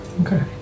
Okay